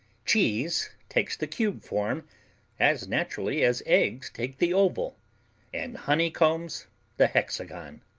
cheese takes the cube form as naturally as eggs take the oval and honeycombs the hexagon.